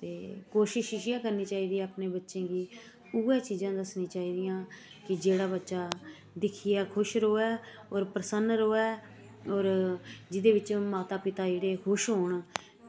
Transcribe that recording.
ते कोशिश इयै करनी चाही दी अपने बच्चें गी उऐ चीजां दस्सनी चाही दियां कि जेह्ड़ा बच्चा दिक्खियै खुश रवै और प्रसन्न रवै और जिह्दे बिच्च माता पिता जेह्ड़े खुश होन